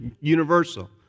universal